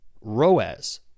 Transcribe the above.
ROAS